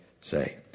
say